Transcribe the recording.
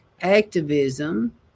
Activism